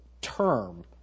term